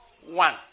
One